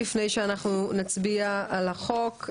לפני שנצביע על החוק.